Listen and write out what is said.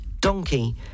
donkey